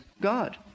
God